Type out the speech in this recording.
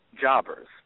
jobbers